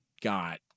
got